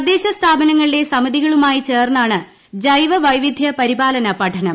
തദ്ദേശസ്ഥാപനങ്ങളിലെ സമിതികളുമായി ചേർന്നാണ് ജൈവ വൈവിധ്യ പരിപാലന പഠനം